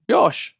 Josh